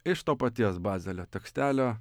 iš to paties bazelio tekstelio